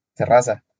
Terraza